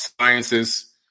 Sciences